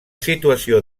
situació